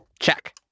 Check